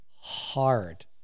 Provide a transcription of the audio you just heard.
hard